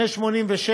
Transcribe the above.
מ-86